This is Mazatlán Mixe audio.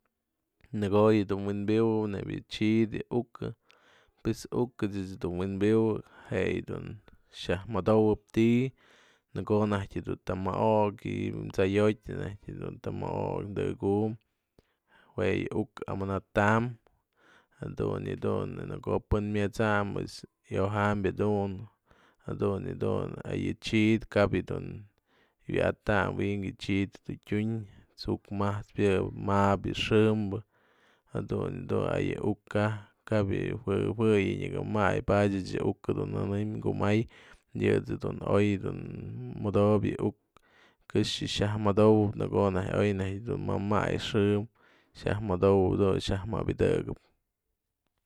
Në ko'o yë dun wynpi'iwëp nebya yë chid y ukä, pues ukä ech dun wynpi'iwëp je yë dun xiaj madowap ti'i, në ko'o najtyë jedun të më'okë, t'say jo'oty mo'okë, dëkëku'um jue yë uk amanatam, jadun yë dun në ko'o pën myet'sany pues yoja'am jedun, jadun yë dun, a yë chid kap yë dun wyatanyë wi'inkë yë chid du tyun t'suk majt'spë yëbe, ma'abë yë xë'ëm, jadun yë dun a yë uk kaj yë jawë jawë nyaka ma'ay, padyë ech yë uk dun nënëm kumay, yë ejt's je dun oy mëdo'obyë yë uk këxë xiaj madowëp, në ko'o oy dun ja ma'ay dun xë'ëm xyajmëdowëp jedun xyaj mabëdëkëp.